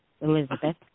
Elizabeth